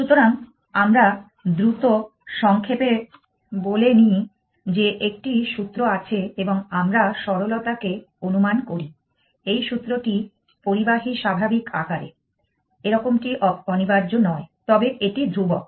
সুতরাং আমরা দ্রুত সংক্ষেপে বলেনি যে একটি সূত্র আছে এবং আমরা সরলতাকে অনুমান করি এই সূত্রটি পরিবাহী স্বাভাবিক আকারে এরকমটি অনিবার্য নয় তবে এটি ধ্রুবক